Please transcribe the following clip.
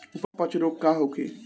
अपच रोग का होखे?